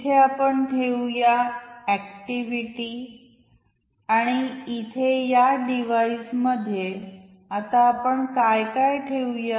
इथे आपण ठेवूया एक्टिविटी आणि इथे या डिवाइस मध्ये आता आपण काय काय ठेवू या